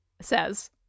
says